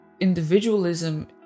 individualism